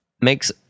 makes